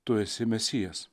tu esi mesijas